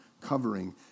covering